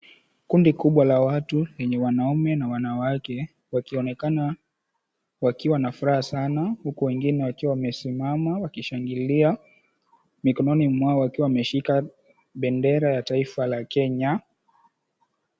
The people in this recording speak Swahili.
Kundi kubwa la watu lenye wanaume na wanawake, wakionekana wakiwa na furaha sana, huku wengine wakiwa wamesimama wakishangilia. Mikononi mwao wakiwa wameshika bendera ya taifa la Kenya.